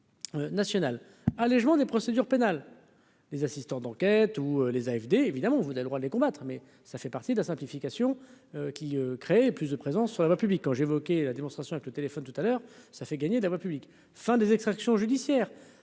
allégement des procédures pénales, les assistants d'enquête ou les AFD évidemment, vous avez le droit de les combattre, mais ça fait partie de la simplification qui créé plus de présence sur la voie publique quand j'évoqué la démonstration avec le téléphone tout à l'heure, ça fait gagner de la voie publique, enfin des extractions judiciaires